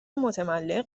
متملق